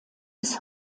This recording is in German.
bis